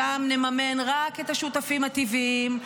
שם נממן רק את השותפים הטבעיים,